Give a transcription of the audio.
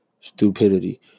Stupidity